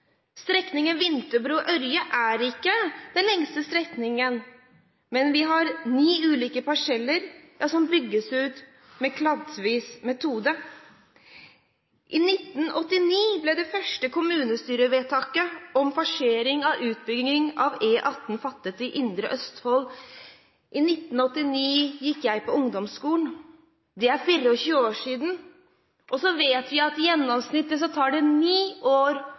Strekningen Vinterbro–Ørje er ikke den lengste strekningen, men vi har ni ulike parseller som bygges ut klattvis. I 1989 ble det første kommunestyrevedtaket om forsering av utbygging av E18 i Indre Østfold fattet. I 1989 gikk jeg på ungdomsskolen. Det er 24 år siden. Vi vet at det gjennomsnittlig tar ni år